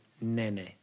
nene